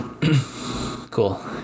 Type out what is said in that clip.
Cool